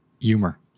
humor